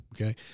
Okay